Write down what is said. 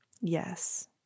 Yes